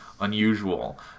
unusual